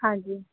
ਹਾਂਜੀ